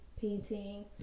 painting